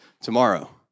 tomorrow